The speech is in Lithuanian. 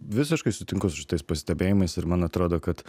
visiškai sutinku su šitais pastebėjimais ir man atrodo kad